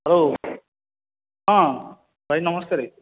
hello ହଁ ଭାଇ ନମସ୍କାର